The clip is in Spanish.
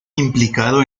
implicado